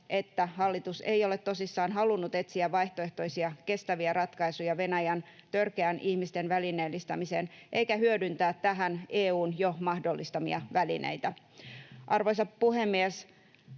että hallitus ei ole tosissaan halunnut etsiä vaihtoehtoisia, kestäviä ratkaisuja Venäjän törkeään ihmisten välineellistämiseen eikä hyödyntää tähän EU:n jo mahdollistamia välineitä. Arvoisa puhemies!